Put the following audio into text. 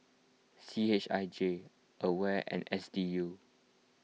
C H I J Aware and S D U